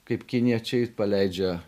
kaip kiniečiai paleidžia